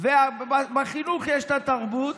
ובחינוך יש את התרבות.